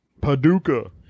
Paducah